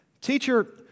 Teacher